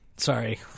Sorry